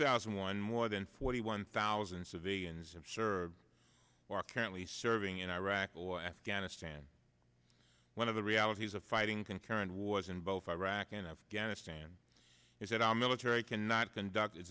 thousand and one more than forty one thousand civilians and serve who are currently serving in iraq or afghanistan one of the realities of fighting concurrent wars in both iraq and afghanistan is that our military cannot conduct